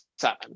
seven